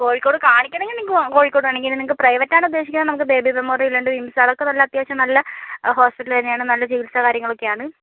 കോഴിക്കോട് കാണിക്കണമെങ്കിൽ നിങ്ങൾക്ക് കോഴിക്കോട് വേണമെങ്കിൽ പ്രൈവറ്റ് ആണ് ഉദ്ദേശിക്കുന്നേൽ നമുക്ക് ബേബി മെമ്മോറിയൽ ഉണ്ട് ഇൻസാൽ അതൊക്കെ നല്ല അത്യാവശ്യം നല്ല ഹോസ്പിറ്റൽ തന്നെയാണ് നല്ല ചികിത്സ കാര്യങ്ങളൊക്കെയാണ്